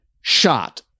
shot